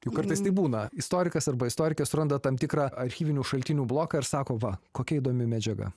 juk kartais taip būna istorikas arba istorikas suranda tam tikrą archyvinių šaltinių bloką ir sako va kokia įdomi medžiaga